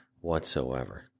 whatsoever